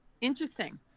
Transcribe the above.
Interesting